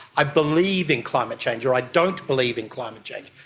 i believe in climate change or i don't believe in climate change.